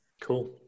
Cool